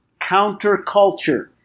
counterculture